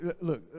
look